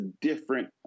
different